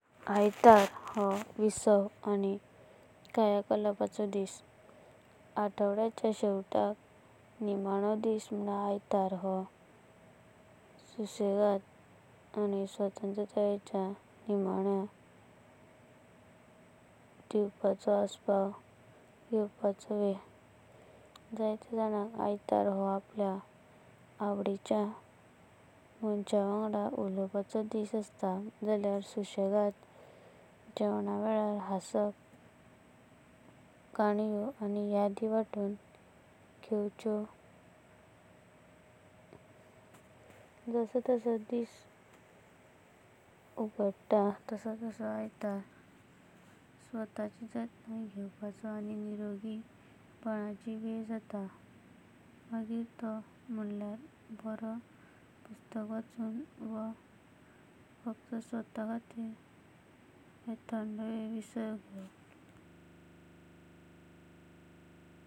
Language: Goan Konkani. आयतरा! हो विसावा आनी कायाकल्पाचो दिस! आठवड्याचें शेवटाकां शान्तिचो दिस म्हूण आयतरा हो सुसगड। आनी स्वतंत्र्याच्या शान्ती आस्वाद घेवपाचो वेला। जेव्हां जनांक आयतरा वा आपल्या आवडीचा मान्सा वंगड उलवपाचो दिस अस्तां जलाकर। वा जेवणां वेलारां हसप, कनयां आनी यादि वांतुंण घेवाचो। जसों जसों दिस उगडातातां तसो तसो आयतरा स्वताचि जतनाय घेवाचो आनी निरोगीपणाचि वेला जात। मागीर तो म्हळायरा बार्या पुस्तकां वाचूंजा वा फक्त स्वतां खातीरां कार्य शांता वेला विसावा घेवाचो।